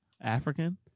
African